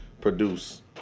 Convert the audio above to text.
produce